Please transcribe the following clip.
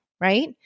Right